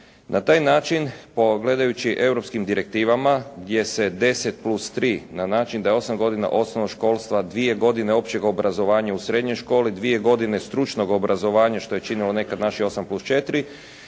Na taj način po gledajući europskim direktivama gdje se 10+3 na način da je osam godina osnovnog školstva, dvije godine općeg obrazovanja u srednjoj školi, dvije godine stručnog obrazovanja što je činilo nekad naših 8+4